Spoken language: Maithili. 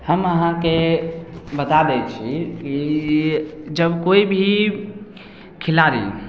हम अहाँके बता दै छी कि जब कोइभी खिलाड़ी